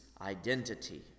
identity